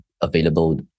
available